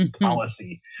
policy